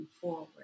forward